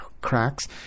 cracks